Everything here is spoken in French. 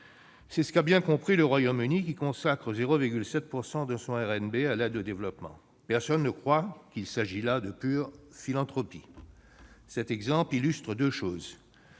C'est ce qu'a bien compris le Royaume-Uni, qui consacre 0,7 % de son RNB à l'aide au développement : personne ne croit qu'il s'agit d'une pure philanthropie ... Cet exemple illustre, d'abord,